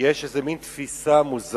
יש איזה מין תפיסה מוזרה,